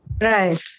right